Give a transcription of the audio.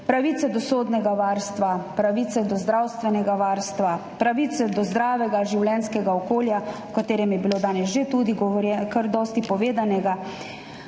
pravice do sodnega varstva, pravice do zdravstvenega varstva, pravice do zdravega življenjskega okolja, o katerem je bilo danes že tudi kar dosti povedanega,